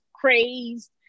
crazed